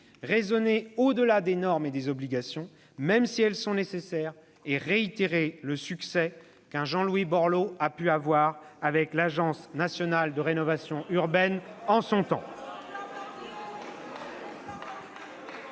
raisonner au-delà des normes et des obligations, même si elles sont nécessaires, et réitérer le succès qu'un Jean-Louis Borloo a pu avoir avec l'Agence nationale pour la rénovation urbaine en son temps.